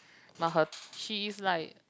but her she is like